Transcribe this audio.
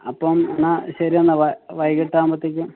അപ്പം എന്നാൽ ശരിയെന്നാൽ വൈകിട്ടാവുമ്പോഴത്തേക്കും